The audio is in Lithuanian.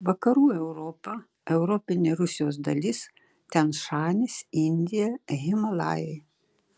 vakarų europa europinė rusijos dalis tian šanis indija himalajai